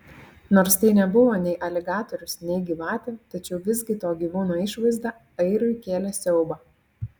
nors tai nebuvo nei aligatorius nei gyvatė tačiau visgi to gyvūno išvaizda airiui kėlė siaubą